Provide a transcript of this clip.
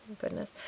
goodness